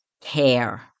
care